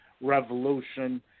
revolution